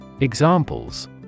Examples